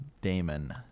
Damon